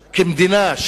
כמדינה,